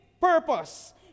purpose